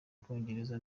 bwongereza